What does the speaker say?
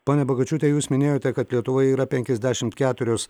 ponia bagočiūte jūs minėjote kad lietuvoje yra penkiasdešimt keturios